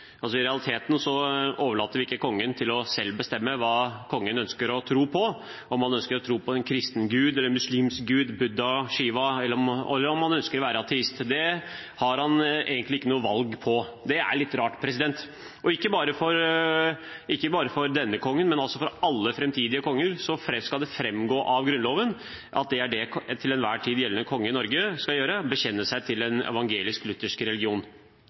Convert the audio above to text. kongen selv å bestemme hva kongen ønsker å tro på, om han ønsker å tro på en kristen gud, en muslimsk gud, Buddha, Shiva, eller om han ønsker å være ateist. Der har han egentlig ikke noe valg. Det er litt rart. Ikke bare for denne kongen, men for alle framtidige konger skal det altså framgå av Grunnloven at den til enhver tid sittende konge skal bekjenne seg til den evangelisk-lutherske religion. Jeg synes det er veldig rart å binde opp alle framtidige generasjoner på lik linje med nåværende konge. Det å tvinge kongen til å bekjenne seg til en